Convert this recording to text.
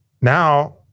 now